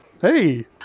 Hey